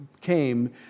came